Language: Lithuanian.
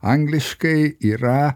angliškai yra